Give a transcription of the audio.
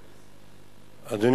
לפיכך,